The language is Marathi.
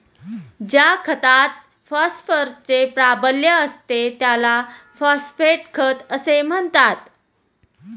ज्या खतात फॉस्फरसचे प्राबल्य असते त्याला फॉस्फेट खत असे म्हणतात